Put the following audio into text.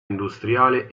industriale